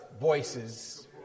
voices